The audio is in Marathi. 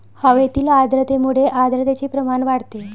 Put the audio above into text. हवेतील आर्द्रतेमुळे आर्द्रतेचे प्रमाण वाढते